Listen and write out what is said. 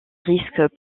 risquent